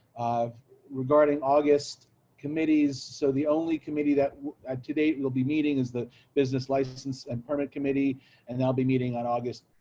um regarding august committees. so the only committee that today will be meeting as the business license and permit committee and there'll ah be meeting on august